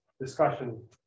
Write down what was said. discussion